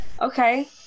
okay